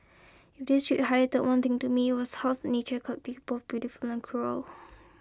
if this trip highlighted one thing to me was how's nature could be both beautiful and cruel